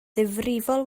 ddifrifol